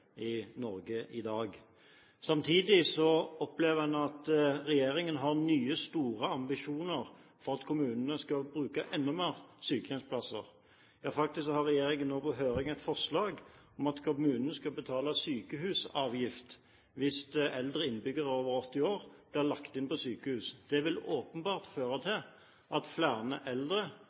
at regjeringen har nye, store ambisjoner om at kommunene skal bruke enda mer på sykehjemsplasser. Faktisk har regjeringen nå på høring et forslag om at kommunene skal betale sykehusavgift hvis eldre innbyggere over 80 år blir lagt inn på sykehus. Det vil åpenbart føre til at flere eldre